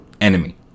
enemy